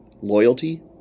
loyalty